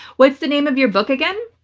what's the name of your book again?